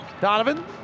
Donovan